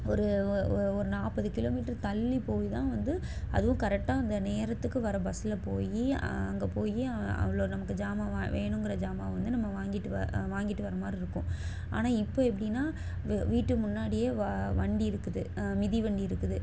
ஒரு ஒரு நாற்பது கிலோ மீட்ரு தள்ளி போய் தான் வந்து அதுவும் கரெக்டாக அந்த நேரத்துக்கு வர பஸ்சில் போய் அங்கே போய் அவ்வளோ நமக்கு சாமான் வா வேணுங்கிற சாமான் வந்து நம்ம வாங்கிகிட்டு வ வாங்கிட்டு வர மாதிரி இருக்கும் ஆனால் இப்போ எப்படின்னா வ வீட்டு முன்னாடியே வா வண்டி இருக்குது மிதிவண்டி இருக்குது